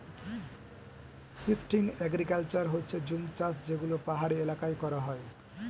shifting agriculture হচ্ছে জুম চাষ যেগুলো পাহাড়ি এলাকায় করা হয়